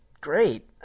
great